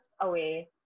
away